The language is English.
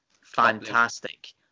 fantastic